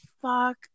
fuck